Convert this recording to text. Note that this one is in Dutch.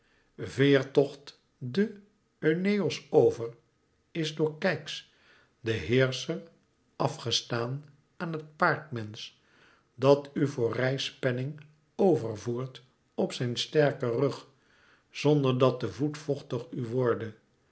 den euenos over is door keyx de heerscher af gestaan aan het paardmensch dat u voor reispenning over voert op zijn sterken rug zonder dat de voet vochtig u worde